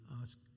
ask